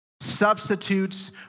Substitutes